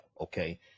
okay